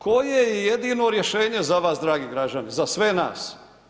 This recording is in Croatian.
Koje je jedino rješenje za vas dragi građani, za sve nas?